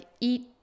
eat